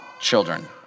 children